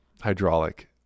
hydraulic